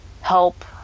help